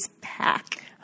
pack